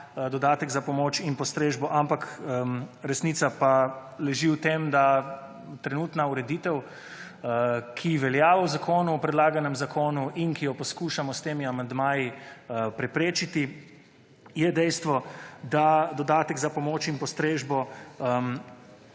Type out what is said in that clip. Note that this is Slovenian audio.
dodatek za pomoč in postrežbo, ampak resnica pa leži v tem, da trenutna ureditev ki velja v zakonu, v predlaganem zakonu in ki jo poskušamo s temi amandmaji preprečiti, je dejstvo, da dodatek za pomoč in postrežbo